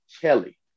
Kelly